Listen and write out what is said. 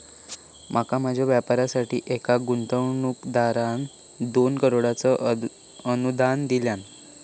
माका माझ्या व्यापारासाठी एका गुंतवणूकदारान दोन करोडचा अनुदान दिल्यान